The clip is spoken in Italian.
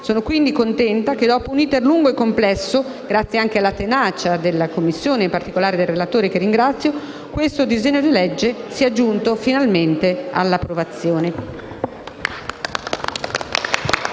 Sono quindi contenta che, dopo un *iter* lungo e complesso, grazie anche alla tenacia della Commissione, e in particolare dei relatori, che ringrazio, questo disegno di legge sia giunto finalmente all'approvazione.